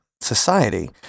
society